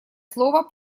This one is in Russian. слово